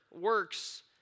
works